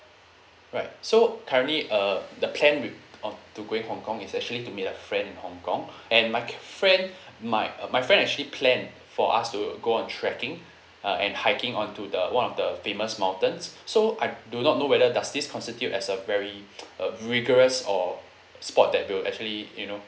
right so currently uh the plan with on to going hong kong is actually to meet a friend in hong kong and my ca~ friend might uh my friend actually plan for us to go on trekking uh and hiking on to the one of the famous mountains so I do not know whether does this constitute as a very uh rigorous or sport that will actually you know